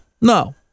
No